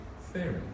theory